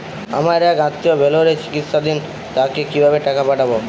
আমার এক আত্মীয় ভেলোরে চিকিৎসাধীন তাকে কি ভাবে টাকা পাঠাবো?